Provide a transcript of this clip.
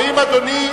האם אדוני,